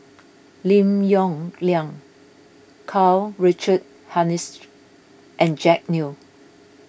Lim Yong Liang Karl Richard Hanitsch and Jack Neo